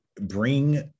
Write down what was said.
bring